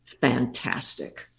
fantastic